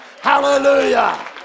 Hallelujah